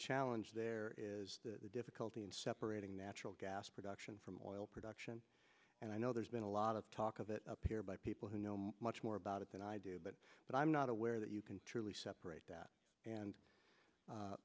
challenge there is the difficulty in separating natural gas production from oil production and i know there's been a lot of talk of it up here by people who know much more about it than i do but i'm not aware that you can truly separate that and